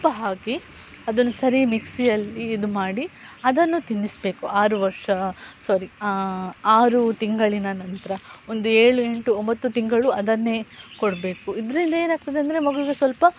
ತುಪ್ಪ ಹಾಕಿ ಅದನ್ನು ಸರಿ ಮಿಕ್ಸಿಯಲ್ಲಿ ಇದು ಮಾಡಿ ಅದನ್ನು ತಿನ್ನಿಸಬೇಕು ಆರು ವರ್ಷ ಸಾರಿ ಆರು ತಿಂಗಳಿನ ನಂತರ ಒಂದು ಏಳು ಎಂಟು ಒಂಬತ್ತು ತಿಂಗಳು ಅದನ್ನೇ ಕೊಡಬೇಕು ಇದರಿಂದ ಏನಾಗ್ತದೆ ಅಂದರೆ ಮಗಳಿಗೆ ಸ್ವಲ್ಪ